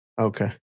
Okay